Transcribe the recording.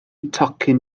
tocyn